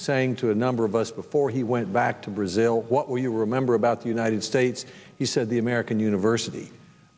saying to a number of us before he went back to brazil what we remember about the united states he said the american university